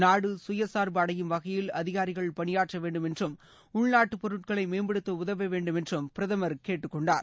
நாடு சயசார்பு அடையும் வகையில் அதிகாரிகள் பணியாற்ற வேண்டும் என்றும் உள்நாட்டு பொருட்களை மேம்படுத்த உதவ வேண்டும் என்றும் பிரதமர் கேட்டுக்கொண்டார்